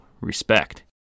Respect